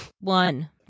one